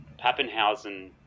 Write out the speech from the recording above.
Pappenhausen